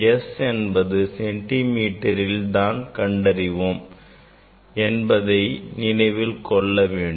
S மதிப்பை நாம் சென்டி மீட்டரில் தான் கண்டறிவோம் என்பதை நினைவில் கொள்ள வேண்டும்